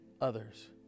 others